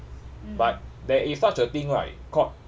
but there is such a thing right called